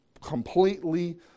completely